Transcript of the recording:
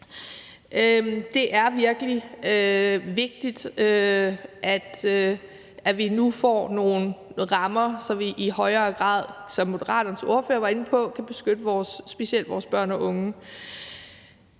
Det er virkelig vigtigt, at vi nu får nogle rammer, så vi i højere grad, som Moderaternes ordfører var inde på, kan beskytte specielt vores børn og unge.